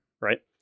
right